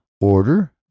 order